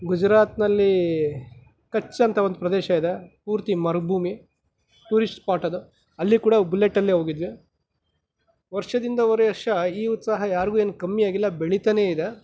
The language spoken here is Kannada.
ಗುಜರಾತ್ನಲ್ಲಿ ಕಚ್ ಅಂತ ಒಂದು ಪ್ರದೇಶ ಇದೆ ಪೂರ್ತಿ ಮರುಭೂಮಿ ಟೂರಿಸ್ಟ್ ಸ್ಪಾಟ್ ಅದು ಅಲ್ಲಿ ಕೂಡ ಬುಲ್ಲೆಟಲ್ಲೇ ಹೋಗಿದ್ವಿ ವರ್ಷದಿಂದ ಒರೆ ವರ್ಷ ಈ ಉತ್ಸಾಹ ಯಾರಿಗೂ ಏನು ಕಮ್ಮಿ ಆಗಿಲ್ಲ ಬೆಳಿತಾನೆ ಇದೆ